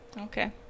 Okay